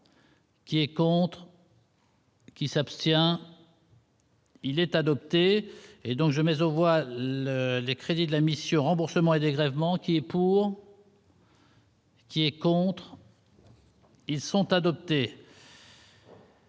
quand entre. Qui s'abstient. Il est adopté et donc jamais au bois le les crédits de la mission remboursements et dégrèvements qui est pour. Qui est contre. Ils sont adoptés.